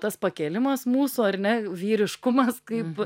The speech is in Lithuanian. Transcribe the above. tas pakėlimas mūsų ar ne vyriškumas kaip